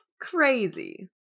Crazy